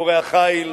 לגיבורי החיל,